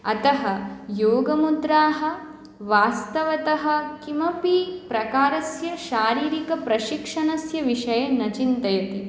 अतः योगमुद्राः वास्तवतः किमपि प्रकारस्य शारीरिकप्रशिक्षणस्य विषये न चिन्तयति